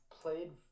played